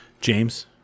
James